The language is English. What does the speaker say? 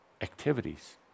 activities